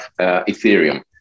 Ethereum